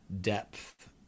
depth